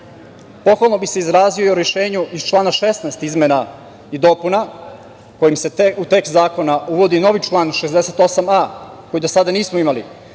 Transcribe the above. koridori. Pohvalno bih se izrazio i o rešenju iz člana 16. izmena i dopuna, kojim se u tekst zakona uvodi novi član 68a, koji do sada nismo imali,